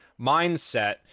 mindset